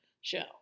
show